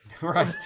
Right